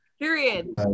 Period